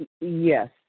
yes